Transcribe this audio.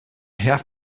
have